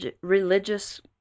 religious